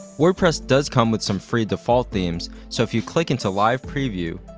wordpress does come with some free default themes, so if you click into live preview,